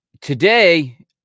today